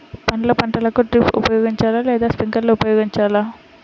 పండ్ల పంటలకు డ్రిప్ ఉపయోగించాలా లేదా స్ప్రింక్లర్ ఉపయోగించాలా?